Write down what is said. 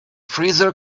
freezer